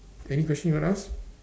any question you want to ask